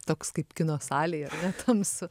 toks kaip kino salėj ar ne tamsu